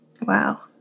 Wow